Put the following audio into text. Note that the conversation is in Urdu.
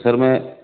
سر میں